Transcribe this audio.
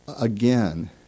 again